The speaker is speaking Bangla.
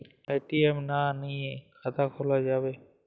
এ.টি.এম না নিয়ে খাতা খোলা যাবে?